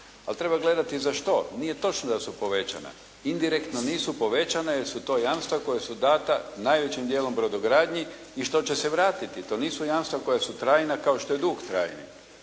Ali treba gledati za što? Nije točno da su povećana. Indirektno nisu povećana jer su to jamstva koja su dana najvećim dijelom brodogradnji i što će se vratiti. To nisu jamstva koja su trajna kao što je dug trajni.